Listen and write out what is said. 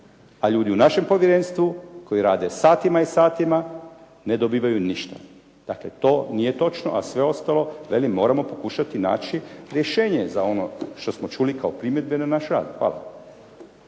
a ljudi u našem povjerenstvu koji rade satima i satima ne dobivaju ništa. Dakle to nije točno, a sve ostalo velim moramo pokušati naći rješenje za ono što smo čuli kao primjedbe na naš rad. Hvala.